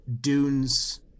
dunes